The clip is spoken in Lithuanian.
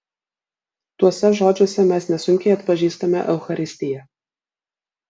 tuose žodžiuose mes nesunkiai atpažįstame eucharistiją